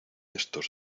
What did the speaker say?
estos